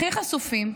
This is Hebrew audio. הכי חשופים,